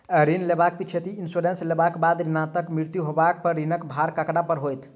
ऋण लेबाक पिछैती इन्सुरेंस लेबाक बाद ऋणकर्ताक मृत्यु होबय पर ऋणक भार ककरा पर होइत?